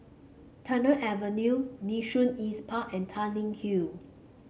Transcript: Tagore Avenue Nee Soon East Park and Tanglin Hill